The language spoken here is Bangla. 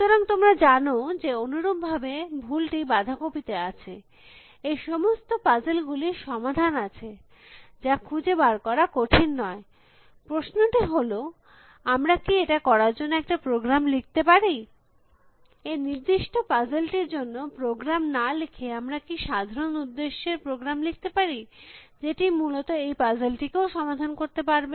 সুতরাং তোমরা জানো যে অনুরূপ ভাবে ভুলটি বাঁধাকপি তে আছে এই সমস্ত পাজেল গুলির সমাধান আছে যা খুঁজে বার করা কঠিন নয় প্রশ্নটি হল আমরা কী এটা করার জন্য একটা প্রোগ্রাম লিখতে পারি এই নির্দিষ্ট পাজেল টির জন্য প্রোগ্রাম না লিখে আমরা কী সাধারণ উদ্দেশ্যে র প্রোগ্রামলিখতে পারি যেটি মূলত এই পাজেল টিকেও সমাধান করতে পারবে